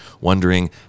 wondering